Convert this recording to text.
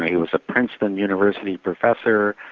he was a princeton university professor,